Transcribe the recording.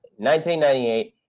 1998